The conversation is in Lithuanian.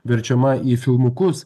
verčiama į filmukus